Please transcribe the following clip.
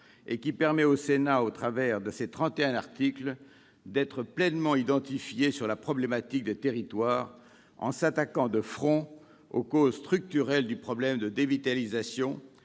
Elle permet au Sénat, au travers de ses 31 articles, de s'affirmer pleinement sur la question des territoires, en s'attaquant de front aux causes structurelles du problème de dévitalisation